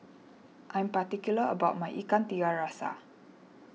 I am particular about my Ikan Tiga Rasa